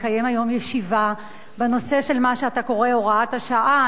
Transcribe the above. מקיים היום ישיבה בנושא של מה שאתה קורא לו הוראת השעה,